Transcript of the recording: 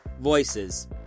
Voices